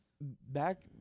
back